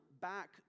back